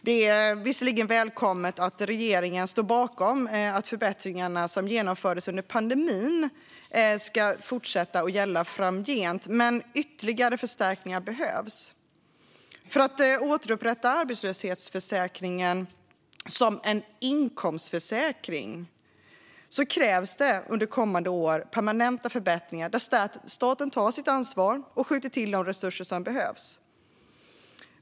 Det är visserligen välkommet att regeringen står bakom att förbättringarna som genomfördes under pandemin ska gälla även framgent, men ytterligare förstärkningar behövs. För att återupprätta arbetslöshetsförsäkringen som en inkomstförsäkring krävs under kommande år permanenta förbättringar där staten tar sitt ansvar och skjuter till de resurser som behövs.